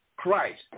Christ